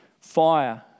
fire